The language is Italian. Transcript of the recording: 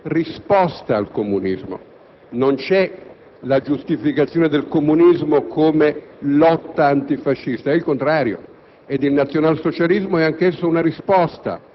il fascismo nasce come risposta al comunismo. Non vi è una giustificazione del comunismo come lotta anti fascista, ma è il contrario!